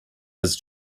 his